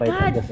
God